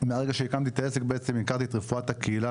מהרגע שהקמתי את העסק הכרתי את רפואת הקהילה